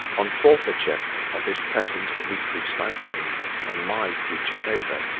on forfeiture of his present weekly stipend, and my future favour,